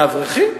מאברכים?